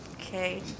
Okay